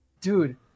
Dude